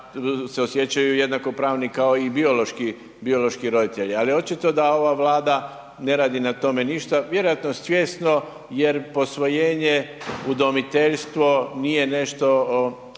se osjećaju jednakopravni kao i biološki, biološki roditelji. Ali očito da ova Vlada ne radi na tome ništa, vjerojatno svjesno jer posvojenje, udomiteljstvo nije nešto